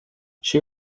she